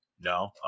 No